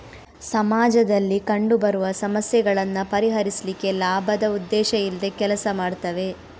ಸಮಾಜದಲ್ಲಿ ಕಂಡು ಬರುವ ಸಮಸ್ಯೆಗಳನ್ನ ಪರಿಹರಿಸ್ಲಿಕ್ಕೆ ಲಾಭದ ಉದ್ದೇಶ ಇಲ್ದೆ ಕೆಲಸ ಮಾಡ್ತವೆ